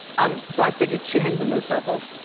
um so i figured she hangs in those circles.